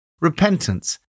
Repentance